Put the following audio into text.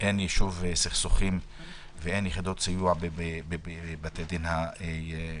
אין יישוב סכסוכים ואין יחידות סיוע בבתי הדין השרעיים.